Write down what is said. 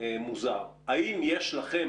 האם יש לכם,